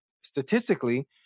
statistically